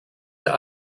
der